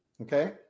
Okay